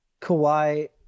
Kawhi